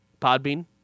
podbean